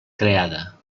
creada